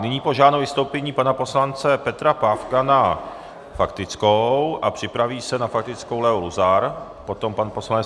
Nyní požádám o vystoupení pana poslance Petra Pávka na faktickou a připraví se na faktickou Leo Luzar, potom pan poslanec.